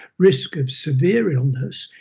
risk of severe illness,